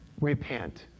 Repent